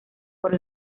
por